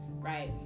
right